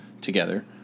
together